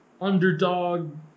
underdog